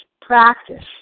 practice